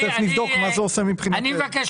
אנחנו תכף נבדוק מה זה עושה מבחינתנו.